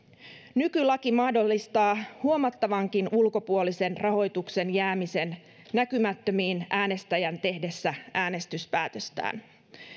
nykylaki mahdollistaa huomattavankin ulkopuolisen rahoituksen jäämisen näkymättömiin äänestäjän tehdessä äänestyspäätöstään